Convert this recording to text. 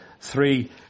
three